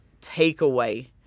takeaway